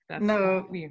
no